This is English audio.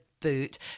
boot